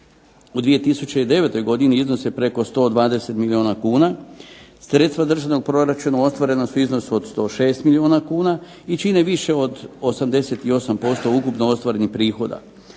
u 2009. godini iznose preko 120 milijuna kuna, sredstva državnog proračuna ostvarena su u iznosu od 106 milijuna kuna i čine više od 88% od ukupno ostvarenih prihoda.